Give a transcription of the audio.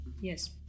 yes